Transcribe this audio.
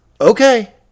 Okay